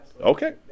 Okay